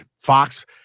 Fox –